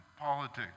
politics